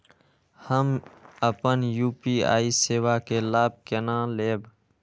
हम अपन यू.पी.आई सेवा के लाभ केना लैब?